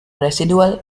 residual